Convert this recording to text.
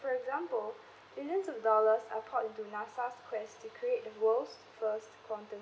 for example billions of dollars are poured into NASA's quest to create the world's first quantum